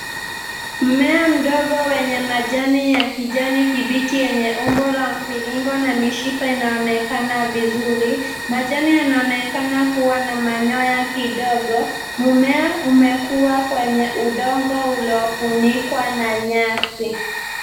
Mmea mdogo wenye majani ya kijani kibichi yenye umbo la mviringo na mishipa inaonekana vizuri, majani yanaonekana kuwa na manyoya kidogo. Mmea umekua kwenye udongo uliofunikwa na nyasi.